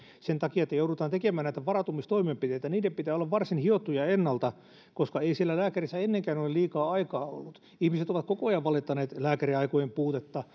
sen takia että joudutaan tekemään näitä varautumistoimenpiteitä niiden pitää olla varsin hiottuja ennalta koska ei siellä lääkärissä ennenkään ole liikaa aikaa ollut ihmiset ovat koko ajan valittaneet lääkäriaikojen puutetta